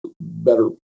better